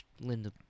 Linda